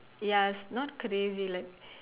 yes not crazy like